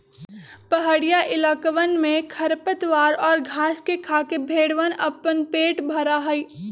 पहड़ीया इलाकवन में खरपतवार और घास के खाके भेंड़वन अपन पेट भरा हई